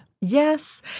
Yes